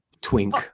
Twink